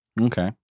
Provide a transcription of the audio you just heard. Okay